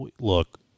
look